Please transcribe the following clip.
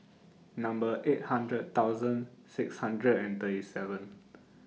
Number eight hundred thousand six hundred and thirty seven